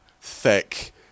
thick